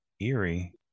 eerie